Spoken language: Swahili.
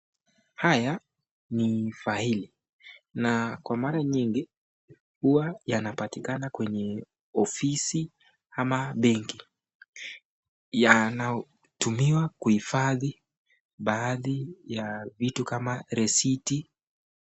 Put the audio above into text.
Haya ni faili na kwa mara nyingi huwa yanapatikana kwenye ofisi kama benki, yanaotumiwa kuifadhi baadhi ya vitu kama risiti.